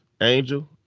Angel